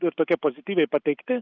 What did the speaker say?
ir tokie pozityviai pateikti